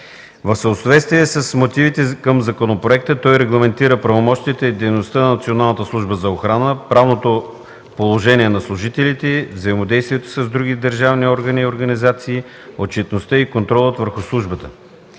В съответствие с мотивите към законопроекта той регламентира правомощията и дейността на Националната служба за охрана, правното положение на служителите й, взаимодействието с други държавни органи и организации, отчетността и контрола върху службата.